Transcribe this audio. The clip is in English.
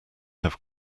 have